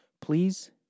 Please